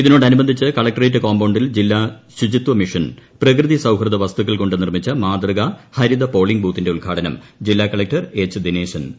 ഇതിനോടനുബന്ധിച്ച് കലക്ടറേറ്റ് കോമ്പൌണ്ടിൽ ജില്ലാ ശുചിത്വ മിഷൻ പ്രകൃതി സൌഹൃദ വസ്തുക്കൾ കൊണ്ട് നിർമ്മിച്ച മാതൃക ഹരിത പോളിംഗ് ബൂത്തിന്റെ ഉദ്ഘാടനം കലക്ടർ ദിനേശൻ ജില്ലാ എച്ച്